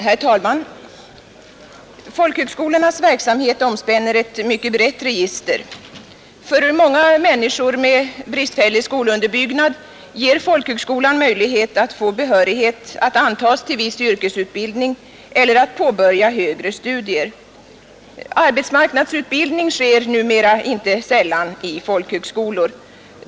Herr talman! Folkhögskolornas verksamhet omspänner ett mycket brett register. Många människor med bristfällig skolunderbyggnad ser i folkhögskolan en möjlighet att få behörighet att antas till viss yrkesutbildning eller att påbörja högre studier. Arbetsmarknadsutbildning sker numera inte sällan vid folkhögskolor.